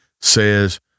says